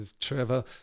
Trevor